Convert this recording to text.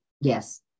yes